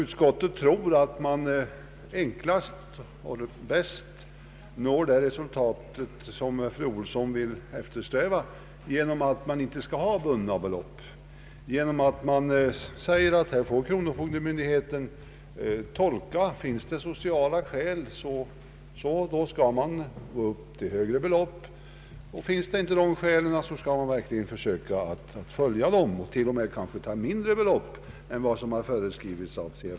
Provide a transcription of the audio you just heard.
Utskottet tror att det resultat som fru Ohlsson eftersträvar uppnås enklast och bäst genom att man inte har bundna belopp utan i stället överlåter åt kronofogdemyndigheten att göra en bedömning. Finns det sociala skäl bör man räkna med ett högre belopp, och finns inte några sådana skäl kanske t.o.m. ett lägre belopp bör tillämpas än det normalbelopp som CFU fastställt.